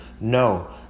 No